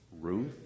Ruth